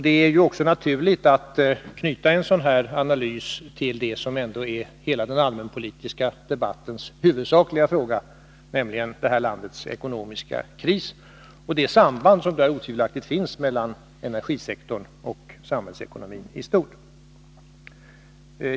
Det är också naturligt att knyta en sådan här analys till det som är den allmänpolitiska debattens huvudsakliga fråga, nämligen landets ekonomiska kris och det samband som där otvivelaktigt finns mellan energisektorn och samhällsekonomin i stort.